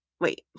Wait